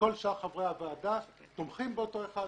שכל שאר חברי הוועדה תומכים באותו אחד,